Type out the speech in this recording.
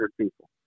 people